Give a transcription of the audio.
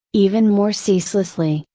even more ceaselessly,